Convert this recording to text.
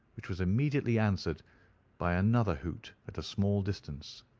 which was immediately answered by another hoot at a small distance.